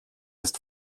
ist